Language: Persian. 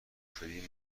شدی